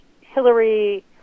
Hillary